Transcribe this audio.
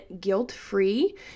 guilt-free